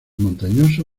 montañoso